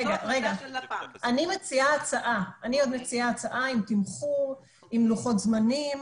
אני מציעה הצעה, עם תמחור, עם לוחות זמנים,